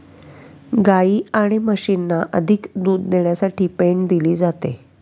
गायी आणि म्हशींना अधिक दूध देण्यासाठी पेंड दिली जाते